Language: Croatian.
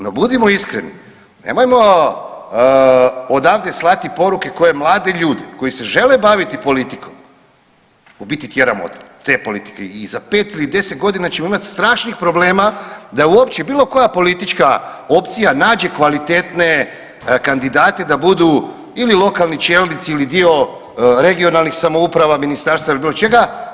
No, budimo iskreni nemojmo odavde slati poruke koje mlade ljude koji se žele baviti politikom u biti tjeramo od te politike i za 5 ili 10 godina ćemo imati strašnih problema da uopće bilo koja politička opcija nađe kvalitetne kandidate da budu ili lokalni čelnici ili dio regionalnih samouprava, ministarstva ili bilo čega.